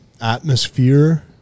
atmosphere